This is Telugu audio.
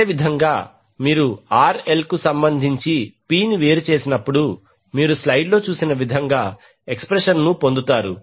అదేవిధంగా మీరు RL కు సంబంధించి P ని వేరు చేసినప్పుడు మీరు స్లైడ్లో చూపిన విధంగా ఎక్స్ప్రెషన్ పొందుతారు